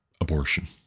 abortion